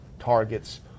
targets